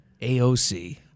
AOC